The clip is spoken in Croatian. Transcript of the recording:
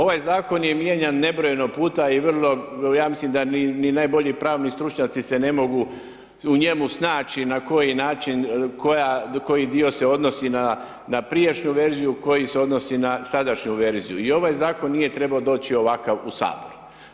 Ovaj Zakon je mijenjan nebrojeno puta i vrlo, ja mislim da ni najbolji pravni stručnjaci se ne mogu u njemu snaći, na koji način, koji dio se odnosi na prijašnju verziju, koji se odnosi na sadašnju verziju i ovaj Zakon nije trebao doći ovakav u HS.